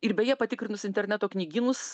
ir beje patikrinus interneto knygynus